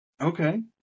Okay